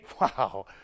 wow